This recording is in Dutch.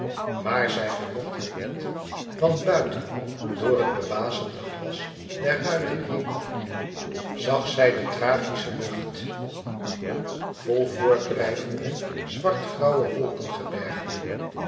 maar zij vermocht het niet want buiten door het bewasemde glas der ruiten heen zag zij de tragische lucht vol voortdrijvende zwartgrauwe wolkengebergten